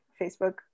facebook